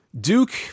Duke